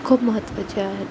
खूप महत्त्वाचे आहे